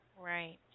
Right